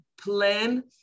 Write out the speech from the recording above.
plan